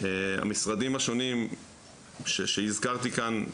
המשרדים השונים שהזכרתי כאן,